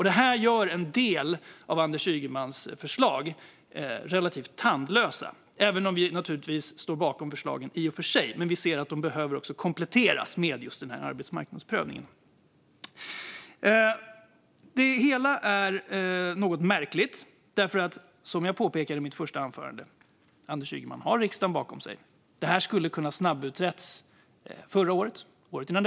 Det här gör en del av Anders Ygemans förslag relativt tandlösa, även om vi i och för sig står bakom förslagen - men vi anser att de behöver kompletteras med arbetsmarknadsprövningen. Det hela är något märkligt. Som jag påpekade i mitt första anförande har Anders Ygeman riksdagen bakom sig. Förslaget hade kunnat snabbutredas förra året eller året innan.